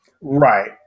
Right